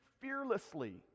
fearlessly